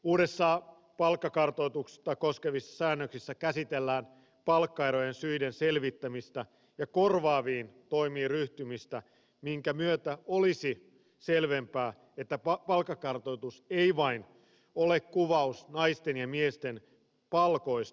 uusissa palkkakartoitusta koskevissa säännöksissä käsitellään palkkaerojen syiden selvittämistä ja korvaaviin toimiin ryhtymistä minkä myötä olisi selvempää että palkkakartoitus ei ole vain kuvaus naisten ja miesten palkoista